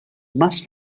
más